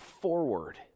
forward